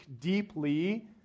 deeply